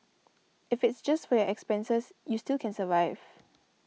if it's just for your expenses you still can survive